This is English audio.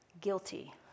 Guilty